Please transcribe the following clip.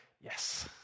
yes